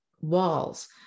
walls